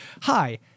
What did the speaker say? hi